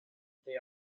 they